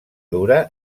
dura